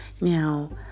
Now